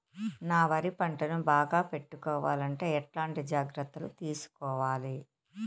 నా వరి పంటను బాగా పెట్టుకోవాలంటే ఎట్లాంటి జాగ్రత్త లు తీసుకోవాలి?